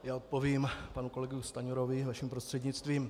Já odpovím panu kolegovi Stanjurovi vaším prostřednictvím.